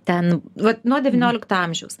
ten vat nuo devyniolikto amžiaus